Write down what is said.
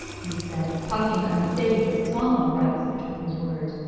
he said, puffing unsteady but solemn breaths between his words,